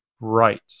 right